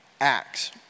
acts